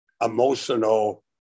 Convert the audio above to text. emotional